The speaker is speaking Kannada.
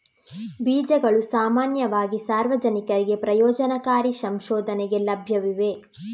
ಬೀಜಗಳು ಸಾಮಾನ್ಯವಾಗಿ ಸಾರ್ವಜನಿಕರಿಗೆ ಪ್ರಯೋಜನಕಾರಿ ಸಂಶೋಧನೆಗೆ ಲಭ್ಯವಿವೆ